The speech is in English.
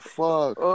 fuck